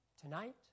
tonight